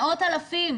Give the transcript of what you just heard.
מאות אלפים,